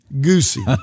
Goosey